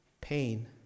Pain